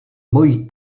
mojí